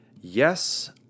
Yes